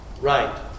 Right